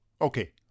Okay